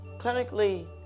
clinically